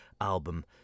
album